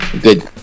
Good